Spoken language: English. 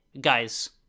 guys